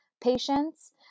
patients